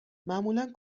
معمولا